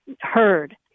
heard